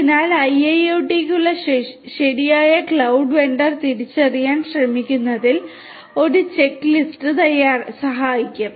അതിനാൽ IIoT യ്ക്കുള്ള ശരിയായ ക്ലൌഡ് വെണ്ടർ തിരിച്ചറിയാൻ ശ്രമിക്കുന്നതിൽ ഒരു ചെക്ക്ലിസ്റ്റ് സഹായിക്കും